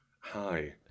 Hi